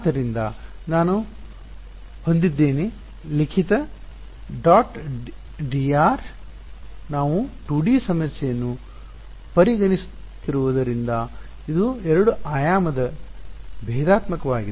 ಆದ್ದರಿಂದ ನಾನು ಹೊಂದಿದ್ದೇನೆ ಲಿಖಿತ ಡಾಟ್ dr ನಾವು 2ಡಿ ಸಮಸ್ಯೆಯನ್ನು ಪರಿಗಣಿಸುತ್ತಿರುವುದರಿಂದ ಇದು ಎರಡು ಆಯಾಮದ ಭೇದಾತ್ಮಕವಾಗಿದೆ